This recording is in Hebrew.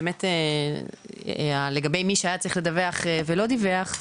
לגבי מי שהיה צריך לדווח ולא דיווח,